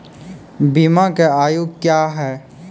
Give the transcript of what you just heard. बीमा के आयु क्या हैं?